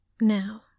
Now